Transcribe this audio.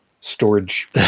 storage